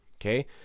Okay